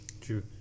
true